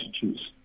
choose